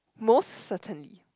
most certainly